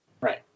Right